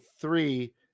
three